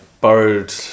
borrowed